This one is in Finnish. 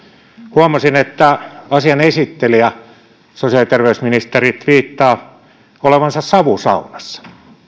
huomasin että asian esittelijä sosiaali ja terveysministeri tviittaa olevansa savusaunassa